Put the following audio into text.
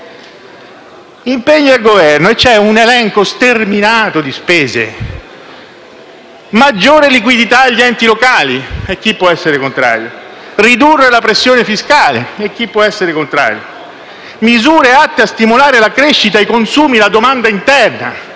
impegnare il Governo per un elenco sterminato di spese: maggiore liquidità agli enti locali (e chi può essere contrario), riduzione della pressione fiscale (e chi può essere contrario), misure atte a stimolare la crescita, i consumi e la domanda interna.